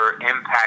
impact